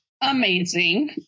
amazing